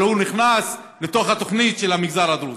אבל הוא נכנס לתוך התוכנית של המגזר הדרוזי.